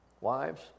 wives